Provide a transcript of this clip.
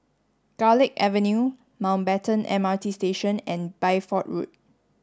Garlick Avenue Mountbatten M R T Station and Bideford Road